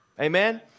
Amen